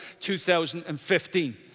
2015